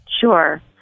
Sure